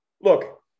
look